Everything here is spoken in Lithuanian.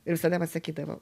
ir jis tada man sakydavo